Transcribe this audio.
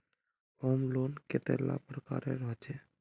Home loan कतेला प्रकारेर होचे?